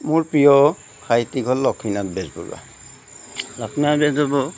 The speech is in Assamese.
মোৰ প্ৰিয় সাহিত্যিক হ'ল লক্ষ্মীনাথ বেজবৰুৱা